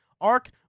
Ark